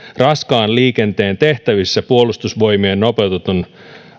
raskaan liikenteen tehtävissä puolustusvoimien nopeutetun